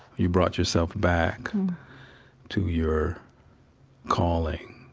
you brought yourself back to your calling